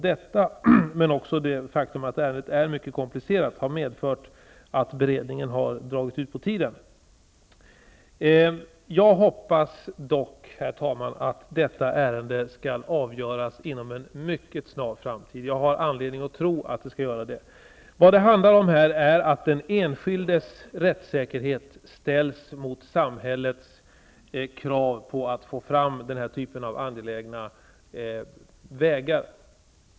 Detta men också det faktum att ärendet är mycket komplicerat har medfört att beredningen har dragit ut på tiden. Jag hoppas dock, herr talman, att detta ärende skall avgöras inom en mycket snar framtid. Jag har anledning att tro att så skall ske. Vad det handlar om är att den enskildes rättssäkerhet ställs mot samhällets krav på att få fram denna typ av angelägna vägar.